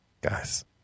guys